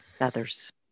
others